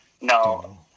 No